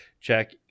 Jack